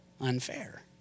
unfair